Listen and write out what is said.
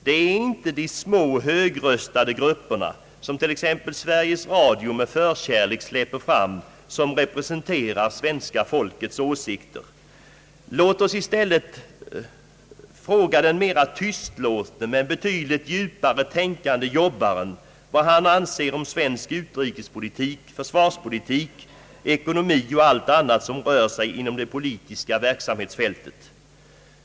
Det är inte de små högröstade grupperna, som t.ex. Sveriges Radio med förkärlek släpper fram, som representerar svenska folkets åsikter. Låt oss i stället fråga den mera tystlåtne, men betydligt djupare tänkande jobbaren vad han anser om svensk utrikespolitik, försvarspolitik, ekonomi och allt annat som rör sig inom det politiska verksamhetsfältet.